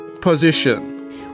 position